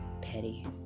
petty